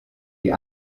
die